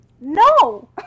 no